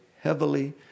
heavily